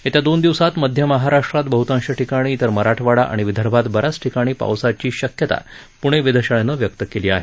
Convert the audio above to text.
येत्या दोन दिवसात मध्य महाराष्ट्रात बहृतांश ठिकाणी तर मराठवाडा आणि विदर्भात ब याच ठिकाणी पावसाची शक्यता पूणे वेधशाळेनं व्यक्त केली आहे